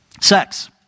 Sex